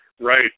Right